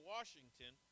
Washington